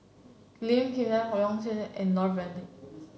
Lim Hng Kiang Yong Nyuk Lin and Lloyd Valberg